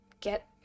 get